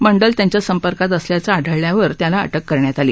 मंडल त्यांच्या संपर्कात असल्याचं आढळल्यावर त्याला अटक करण्यात आली